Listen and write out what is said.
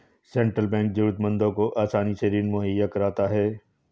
central bank जरूरतमंदों को आसानी से ऋण मुहैय्या कराता है